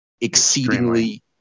exceedingly